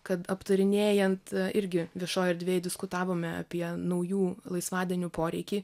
kad aptarinėjant irgi viešoj erdvėj diskutavome apie naujų laisvadienių poreikį